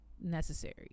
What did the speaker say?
necessary